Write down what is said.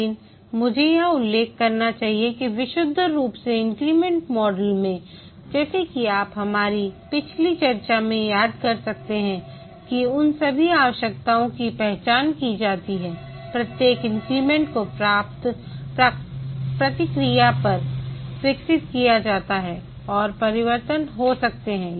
लेकिन मुझे यहाँ उल्लेख करना चाहिए कि विशुद्ध रूप से इंक्रीमेंट मॉडल में जैसा कि आप हमारी पिछली चर्चा से याद कर सकते हैं कि उन सभी आवश्यकताओं की पहचान की जाती है प्रत्येक इंक्रीमेंट को प्राप्त प्रतिक्रिया पर विकसित किया जाता है और परिवर्तन हो सकते हैं